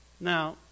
Now